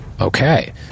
okay